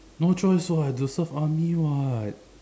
no choice [what] I have to serve army [what]